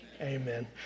Amen